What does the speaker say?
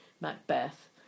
Macbeth